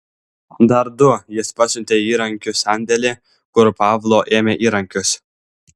dar du jis pasiuntė į įrankių sandėlį kur pavlo ėmė įrankius